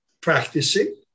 practicing